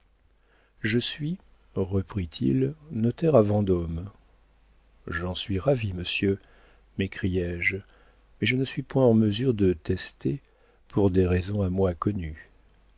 je suis reprit-il notaire à vendôme j'en suis ravi monsieur m'écriai-je mais je ne suis point en mesure de tester pour des raisons à moi connues